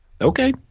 Okay